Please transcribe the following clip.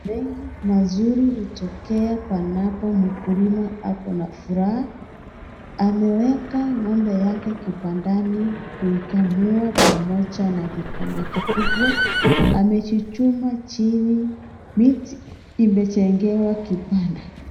Mengi mazuri hutokea panapo mkulima ako na furaha ameweka ngombe yake kibandani kuikamua pamoja na kikombe kikubwa, amechuchuma chini miti imejengewa kibanda.